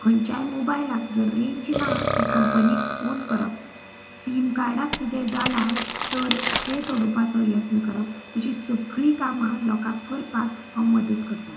खंयच्याय मोबायलाक जर रेंज ना तर कंपनीक फोन करप सीम कार्डाक कितेंय जालां तर तें सोडोवपाचो यत्न करप अशीं सगळीं कामां लोकांक करपाक हांव मदत करतां